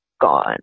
gone